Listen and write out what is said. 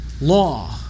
Law